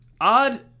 odd